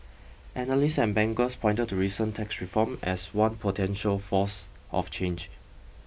analysts and bankers pointed to recent tax reform as one potential force of change